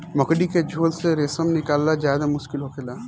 मकड़ी के झोल से रेशम निकालल ज्यादे मुश्किल होखेला